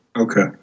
Okay